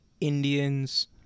Indians